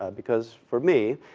because, for me,